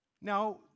Now